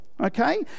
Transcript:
okay